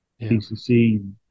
PCC